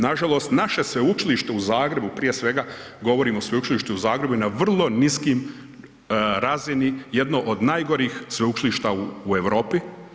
Nažalost naše Sveučilište u Zagrebu, prije svega, govorimo o Sveučilištu u Zagrebu je na vrlo niskim razini, jedno od najgorih sveučilišta u Europi.